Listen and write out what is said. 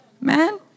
man